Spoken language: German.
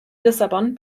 lissabon